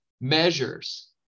measures